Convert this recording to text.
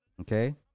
okay